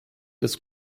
des